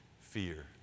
fear